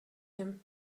him